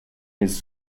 his